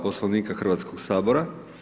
Poslovnika Hrvatskog sabora.